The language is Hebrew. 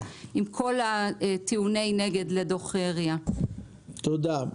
עם כל טיעוני הנגד לדוח RIA. תודה.